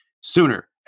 sooner